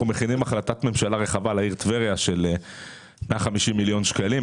אנחנו מכינים החלטת ממשלה רחבה לעיר טבריה בסך 150 מיליון שקלים.